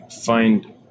find